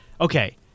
Okay